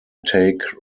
take